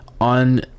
on